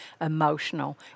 emotional